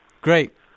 Great